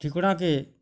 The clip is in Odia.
ଠିକଣା କେ